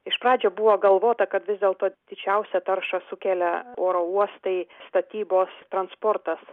iš pradžių buvo galvota kad vis dėlto didžiausią taršą sukelia oro uostai statybos transportas